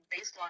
baseline